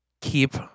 keep